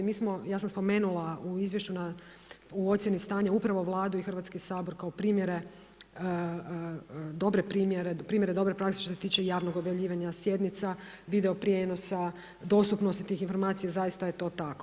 Mi smo, ja sam spomenula u izvješću u ocjeni stanja, upravo Vladu i Hrvatski sabor kao dobre primjere, primjere dobre prakse što se tiče javnog objavljivanja sjednica, video prijenosa, dostupnosti tih informacija, zaista je to tako.